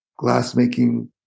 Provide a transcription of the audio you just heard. glassmaking